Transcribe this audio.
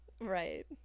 Right